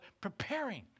preparing